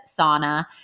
sauna